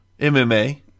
MMA